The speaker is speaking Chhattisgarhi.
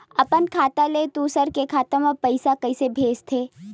अपन खाता ले दुसर के खाता मा पईसा कइसे भेजथे?